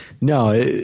No